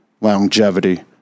longevity